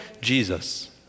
Jesus